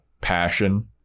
Passion